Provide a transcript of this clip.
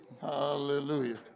Hallelujah